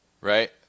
Right